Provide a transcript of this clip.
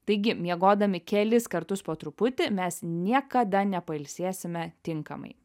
taigi miegodami kelis kartus po truputį mes niekada nepailsėsime tinkamai